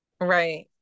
Right